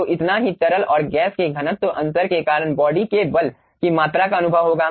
तो इतना ही तरल और गैस के घनत्व अंतर के कारण बॉडी के बल की मात्रा का अनुभव होगा